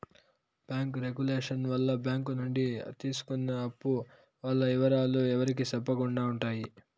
bank regulation వల్ల bank నుండి అప్పు తీసుకున్న వాల్ల ఇవరాలు ఎవరికి సెప్పకుండా ఉంటాయి